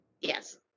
yes